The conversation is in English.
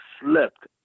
slipped